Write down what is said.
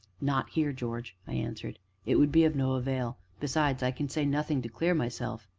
not here, george, i answered it would be of no avail besides, i can say nothing to clear myself.